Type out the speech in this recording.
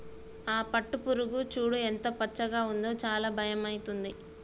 ఆ పట్టుపురుగు చూడు ఎంత పచ్చగా ఉందో చాలా భయమైతుంది